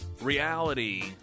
Reality